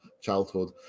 childhood